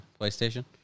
PlayStation